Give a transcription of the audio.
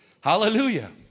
Hallelujah